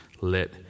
let